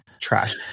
trash